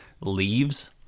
leaves